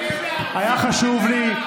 היה חשוב לי,